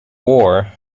war